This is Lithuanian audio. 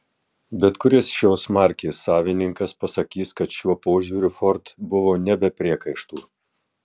bet kuris šios markės savininkas pasakys kad šiuo požiūriu ford buvo ne be priekaištų